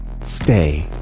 stay